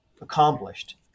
accomplished